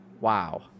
Wow